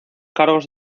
cargos